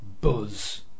buzz